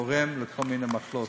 וגורם לכל מיני מחלות.